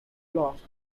lost